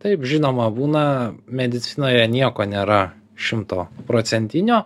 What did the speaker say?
taip žinoma būna medicinoje nieko nėra šimto procentinio